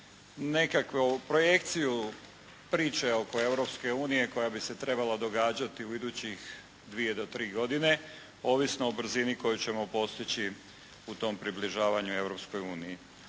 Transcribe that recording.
nekakvu projekciju priče oko Europske unije koja bi se trebala događati u idućih dvije do tri godine ovisno o brzini koju ćemo postići u tom približavanju